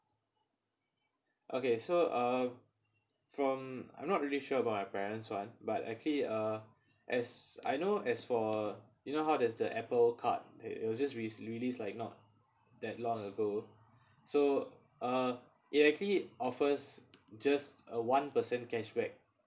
okay so um from I'm not really sure about my parents' [one] but actually uh as I know as for you know how does the Apple card that it was just re~ released like not that long ago so uh it actually offers just a one percent cashback